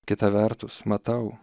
kita vertus matau